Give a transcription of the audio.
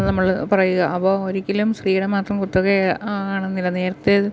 നമ്മള് പറയുക അപ്പോള് ഒരിക്കലും സ്ത്രീയുടെ മാത്രം കുത്തക ആണെന്നില്ല നേരത്തെ